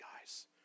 guys